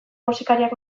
musikariak